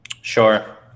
Sure